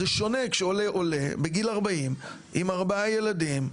זה שונה כשעולה עולה בגיל 40, עם ארבעה ילדים,